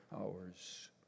hours